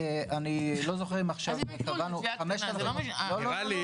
אני לא זוכר עכשיו אם קבענו 5,000 --- אני